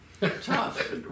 Tough